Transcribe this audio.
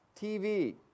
TV